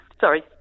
Sorry